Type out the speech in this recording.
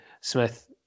Smith